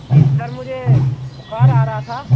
जी sir मुझे बुखार आ रहा था